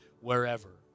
wherever